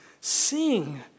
sing